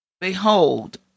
Behold